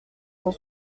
cent